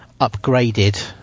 upgraded